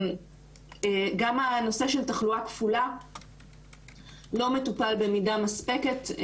גם הנושא של תחלואה כפולה לא מטופל במידה מספקת.